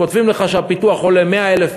כותבים לך שהפיתוח עולה 100,000,